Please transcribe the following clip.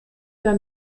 der